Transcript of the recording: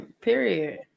period